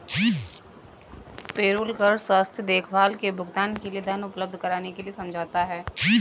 payroll कर स्वास्थ्य देखभाल के भुगतान के लिए धन उपलब्ध कराने के लिए समझौता है